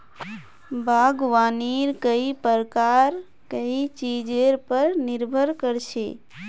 बागवानीर कई प्रकार कई चीजेर पर निर्भर कर छे